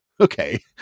okay